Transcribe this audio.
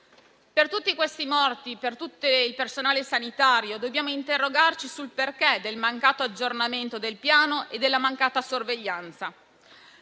Per tutti questi morti, per tutto il personale sanitario, dobbiamo interrogarci sul perché del mancato aggiornamento del piano pandemico e della mancata sorveglianza.